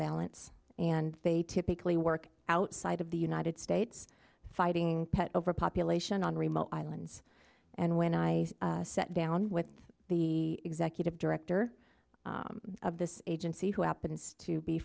balance and they typically work outside of the united states fighting pet overpopulation on remote islands and when i sat down with the executive director of this agency who happens to be